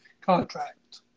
contract